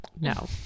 no